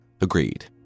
agreed